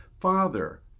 Father